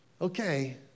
Okay